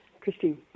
Christine